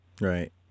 Right